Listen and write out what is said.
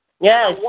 Yes